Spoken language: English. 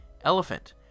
elephant